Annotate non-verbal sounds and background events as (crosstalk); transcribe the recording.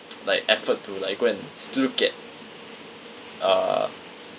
(noise) like effort to like go and s~ look at uh